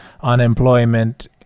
unemployment